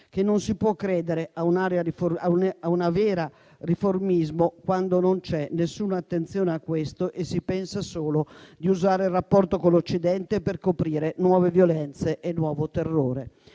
che non si può credere a un vero riformismo quando non c'è nessuna attenzione a questo e si pensa solo di usare il rapporto con l'Occidente per coprire nuove violenze e nuovo terrore.